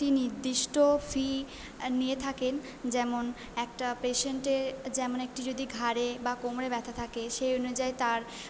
নিদ্দিষ্ট fee নিয়ে থাকেন যেমন একটা পেশেন্টে যেমন একটি যদি ঘাড়ে বা কোমরে ব্যথা থাকে সেই অনুযায়ী তার